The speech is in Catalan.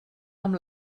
amb